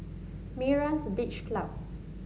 Myra's Beach Club